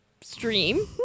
stream